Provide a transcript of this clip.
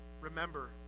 remember